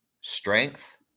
strength